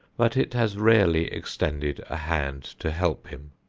but it has rarely extended a hand to help him.